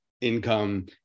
income